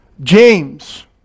James